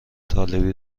طالبی